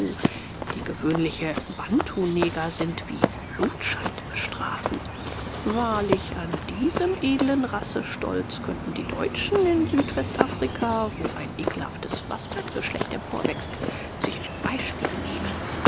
die gewöhnliche bantuneger sind wie blutschande bestrafen wahrlich an diesem edlen rassestolz könnten die deutschen in südwestafrika wo ein ekelhaftes bastardgeschlecht emporwächst sich ein beispiel nehmen